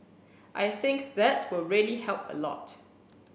I think that will really help a lot